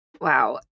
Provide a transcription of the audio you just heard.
Wow